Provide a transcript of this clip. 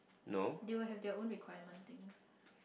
they will have their own requirement thing